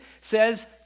says